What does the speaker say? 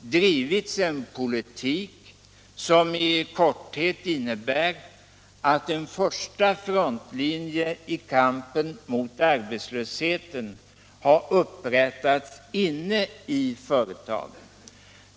drivits en politik som i korthet innebär att en första frontlinje i kampen mot arbetslösheten har upprättats inne i företagen.